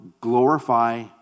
glorify